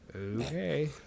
Okay